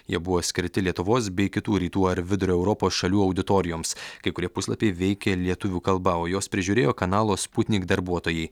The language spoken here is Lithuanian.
jie buvo skirti lietuvos bei kitų rytų ar vidurio europos šalių auditorijoms kai kurie puslapiai veikė lietuvių kalba o juos prižiūrėjo kanalo sputnik darbuotojai